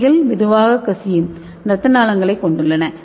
கட்டிகள் பொதுவாக கசியும் இரத்த நாளங்களைக் கொண்டுள்ளன